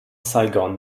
saigon